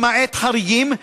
למעט חריגים,